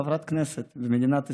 חברת כנסת במדינת ישראל.